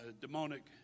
demonic